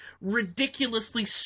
ridiculously